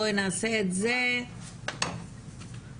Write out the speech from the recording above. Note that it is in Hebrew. בואי נעשה את זה קצר וקולע.